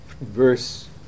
Verse